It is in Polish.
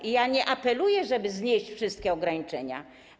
I ja nie apeluję, żeby znieść wszystkie ograniczenia.